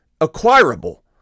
acquirable